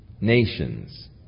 nations